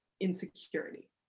insecurity